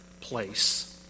place